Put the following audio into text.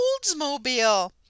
Oldsmobile